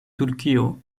turkio